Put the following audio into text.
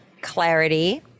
clarity